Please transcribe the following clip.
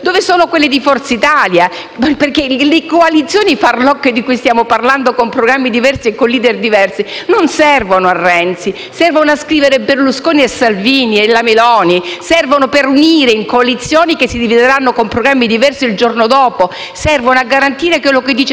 Dove sono i membri di Forza Italia? Perché le coalizioni farlocche di cui stiamo parlando, con programmi diversi e con *leader* diversi, non servono a Renzi, ma servono a scrivere i nomi di Berlusconi, Salvini e Meloni, per unire in coalizioni che si divideranno con programmi diversi il giorno dopo, servono a garantire quello che dice